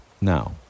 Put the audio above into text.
now